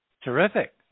Terrific